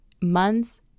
months